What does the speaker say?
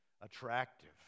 attractive